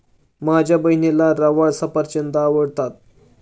माझ्या बहिणीला रवाळ सफरचंद आवडत नाहीत